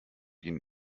ihren